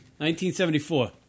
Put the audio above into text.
1974